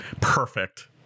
perfect